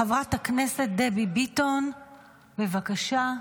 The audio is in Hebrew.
חברת הכנסת דבי ביטון, בבקשה,